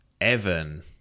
Evan